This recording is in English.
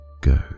go